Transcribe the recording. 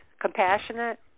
compassionate